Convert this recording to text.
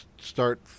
start